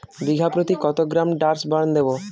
বিঘাপ্রতি কত gram Dursban দেবো?